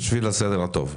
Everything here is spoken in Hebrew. לסדר הטוב.